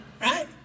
Right